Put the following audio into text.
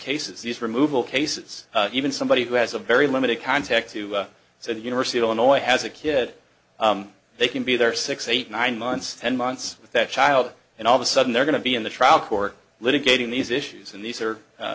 cases these removal cases even somebody who has a very limited contact to so the university of illinois has a kid they can be there six eight nine months ten months with that child and all of a sudden they're going to be in the trial court litigating these issues and these are